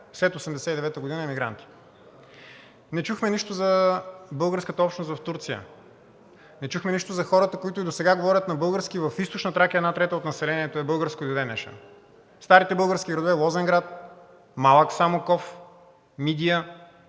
след 1989 г. – емигранти. Не чухме нищо за българската общност в Турция. Не чухме нищо за хората, които и досега говорят на български в Източна Тракия – една трета от населението е българско и до ден днешен. Старите български градове Лозенград, Малък Самоков, Мидия,